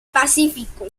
pacífico